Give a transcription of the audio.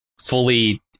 fully